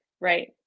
Right